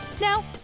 Now